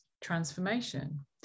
transformation